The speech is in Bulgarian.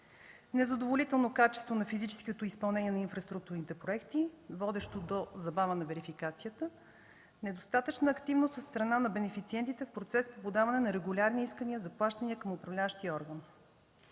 незадоволително качество на физическото изпълнение на инфраструктурни проекти, водещо до забавяне на верификацията, недостатъчна активност от страна на бенефициентите в процес на подаване на регулярни искания за плащания към управляващия орган.